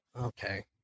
Okay